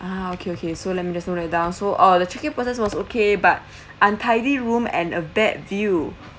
ah okay okay so let me just note that down so orh the check in person was okay but untidy room and a bad view